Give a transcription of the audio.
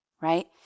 right